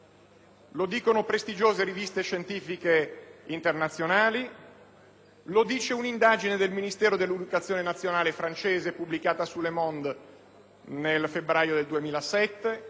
lo dicono prestigiose riviste scientifiche internazionali, lo dice un'indagine del Ministero dell'educazione nazionale francese, pubblicata su "Le Monde" nel febbraio 2007: